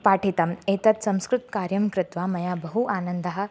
पाठितम् एतत् संस्कृतकार्यं कृत्वा मया बहु आनन्दः